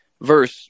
verse